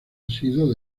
sido